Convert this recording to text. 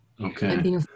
Okay